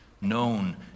known